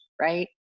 right